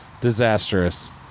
disastrous